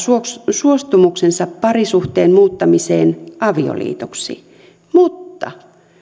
suostumuksensa parisuhteen muuttamiseen avioliitoksi mutta